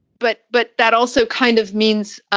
but but that also kind of means